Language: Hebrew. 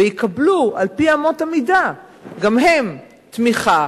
ויקבלו על-פי אמות המידה גם הם תמיכה,